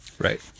Right